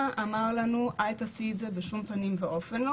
אליו אמרו לנו לא לעשות את זה בשום פנים ואופן,